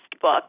book